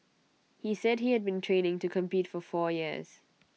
he said he had been training to compete for four years